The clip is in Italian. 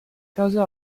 causò